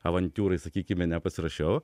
avantiūrai sakykime nepasirašiau